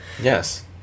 Yes